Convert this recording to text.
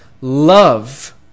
Love